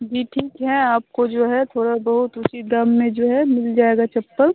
जी ठीक है आपको जो है थोड़ा बहुत उचित दाम में जो है मिल जाएगा चप्पल